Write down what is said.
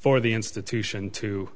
for the institution to